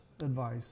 advice